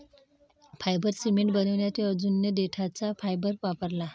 fibre cement बनवण्यासाठी अनुजने देठाचा फायबर वापरला